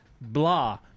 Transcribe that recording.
Blah